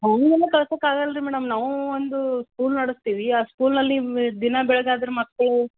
ಹಂಗೆಲ್ಲ ಕಳ್ಸಕ್ಕೆ ಆಗಲ್ಲ ರೀ ಮೇಡಮ್ ನಾವು ಒಂದು ಸ್ಕೂಲ್ ನಡೆಸ್ತೀವಿ ಆ ಸ್ಕೂಲಿನಲ್ಲಿ ದಿನ ಬೆಳಗಾದರೆ ಮಕ್ಕಳು